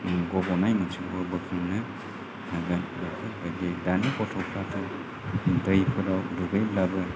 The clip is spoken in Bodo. गब'नाय मानसिखौ बोखांनो हागोन बेफोरबायदि दानि गथ'फोराथ' दैफोराव दुगैब्लाबो